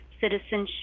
citizenship